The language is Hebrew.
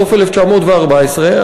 בסוף 1914,